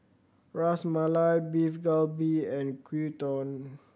Ras Malai Beef Galbi and Gyudon